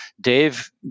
Dave